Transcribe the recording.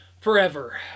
forever